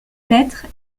lettres